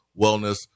wellness